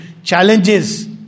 Challenges